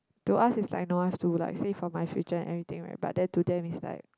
to us is like no i've to like save for my future and everything right but then to them is like